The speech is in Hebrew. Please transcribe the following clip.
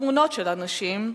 התמונות של הנשים,